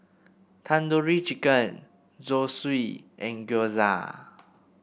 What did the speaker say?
Tandoori Chicken Zosui and Gyoza